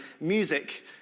music